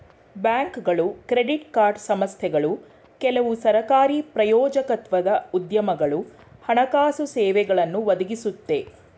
ಬ್ಯಾಂಕ್ಗಳು credit card ಸಂಸ್ಥೆಗಳು ಕೆಲವು ಸರಕಾರಿ ಪ್ರಾಯೋಜಕತ್ವದ ಉದ್ಯಮಗಳು ಹಣಕಾಸು ಸೇವೆಗಳನ್ನು ಒದಗಿಸುತ್ತೆ